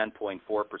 10.4%